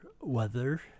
weather